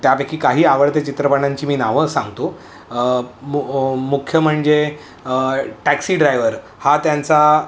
त्यापैकी काही आवडते चित्रपटांची मी नावं सांगतो मुख्य म्हणजे टॅक्सी ड्रायवर हा त्यांचा